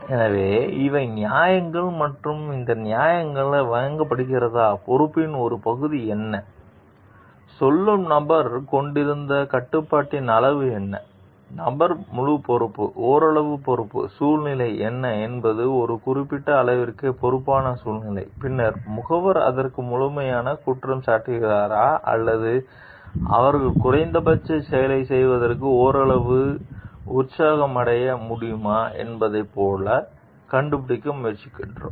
எனவே இவை நியாயங்கள் மற்றும் இந்த நியாயங்கள் வழங்கப்படுகிறதா பொறுப்பின் ஒரு பகுதி என்ன சொல்லும் நபர் கொண்டிருந்த கட்டுப்பாட்டின் அளவு என்ன நபர் முழு பொறுப்பு ஓரளவு பொறுப்பு சூழ்நிலை என்ன என்பது ஒரு குறிப்பிட்ட அளவிற்கு பொறுப்பான சூழ்நிலை பின்னர் முகவர் அதற்கு முழுமையாக குற்றம் சாட்டுகிறாரா அல்லது அவர்கள் குறைந்தபட்சம் செயலைச் செய்வதற்கு ஓரளவு உற்சாகமடைய முடியுமா என்பதைப் போல கண்டுபிடிக்க முயற்சிக்கிறோம்